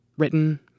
Written